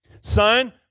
Son